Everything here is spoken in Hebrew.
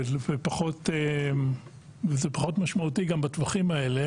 וזה פחות משמעותי גם בטווחים האלה,